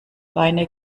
beine